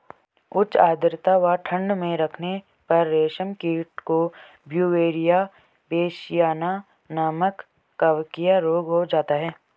उच्च आद्रता व ठंड में रखने पर रेशम कीट को ब्यूवेरिया बेसियाना नमक कवकीय रोग हो जाता है